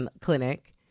clinic